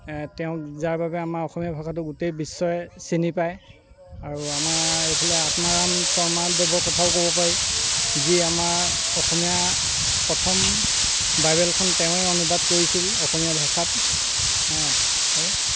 তেওঁক যাৰ বাবে আমাৰ অসমীয়া ভাষাটো গোটেই বিশ্বই চিনি পায় আৰু আমাৰ এইফালে আত্মাৰাম শৰ্মাদেৱৰ কথাও ক'ব পাৰি যি আমাৰ অসমীয়া প্ৰথম বাইবেলখন তেওঁৱে অনুবাদ কৰিছিল অসমীয়া ভাষাত